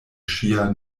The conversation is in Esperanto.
ŝia